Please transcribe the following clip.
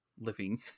living